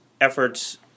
efforts